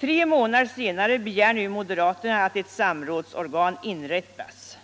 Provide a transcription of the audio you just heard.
Tre månader senare begär nu moderaterna att ett samrådsorgan inrättas.